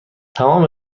تمام